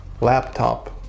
laptop